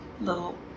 little